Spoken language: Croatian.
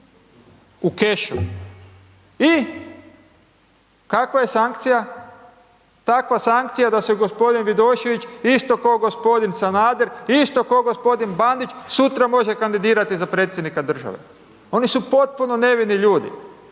u kešu. I kakva je sankcija? Takva sankcija da se g. Vidošević, isto ko g. Sanader, isto ko g. Bandić, sutra može kandidirati za predsjednika države, oni su potpuno nevini ljudi.